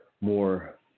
more